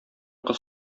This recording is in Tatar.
кыз